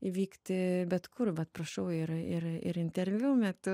įvykti bet kur vat prašau ir ir ir interviu metu